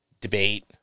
debate